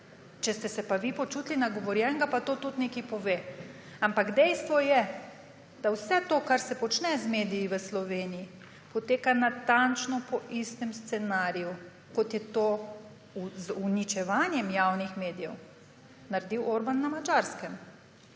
Če ste se pa vi počutili nagovorjenega, pa to tudi nekaj pove. Ampak dejstvo je, da vse to, kar se počne z mediji v Sloveniji, poteka natančno po istem scenariju, kot je to z uničevanjem javnih medijev naredil Orban na Madžarskem.